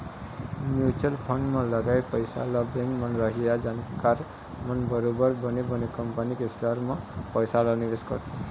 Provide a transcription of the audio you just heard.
mutual fund म लगाए पइसा ल बेंक म रहइया जानकार मन बरोबर बने बने कंपनी के सेयर म पइसा ल निवेश करथे